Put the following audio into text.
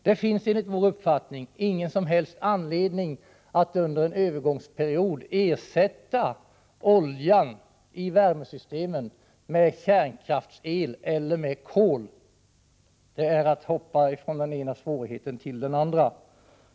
Det finns enligt vår uppfattning ingen som helst anledning att under en övergångsperiod ersätta oljan i värmesystemen med kärnkraftsel eller med kol — det är att hoppa från den ena svårigheten till den andra.